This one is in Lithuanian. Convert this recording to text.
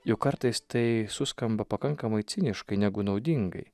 juk kartais tai suskamba pakankamai ciniškai negu naudingai